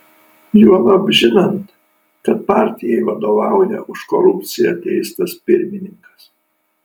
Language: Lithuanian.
juolab žinant kad partijai vadovauja už korupciją teistas pirmininkas